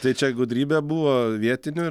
tai čia gudrybė buvo vietinių